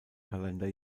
kalender